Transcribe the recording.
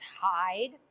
hide